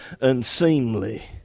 unseemly